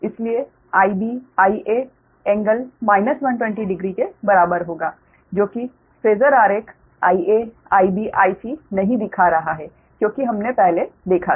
इसलिए Ib Ia∟ 1200 के बराबर होगा जो कि फेजर आरेख Ia Ib Ic नहीं दिखा रहा है क्योंकि हमने पहले देखा था